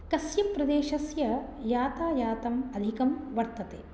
कस्य प्रदेशस्य यातायातम् अधिकं वर्तते